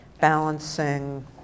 balancing